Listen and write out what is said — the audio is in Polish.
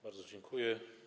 Bardzo dziękuję.